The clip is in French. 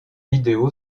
vidéo